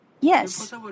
Yes